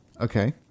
Okay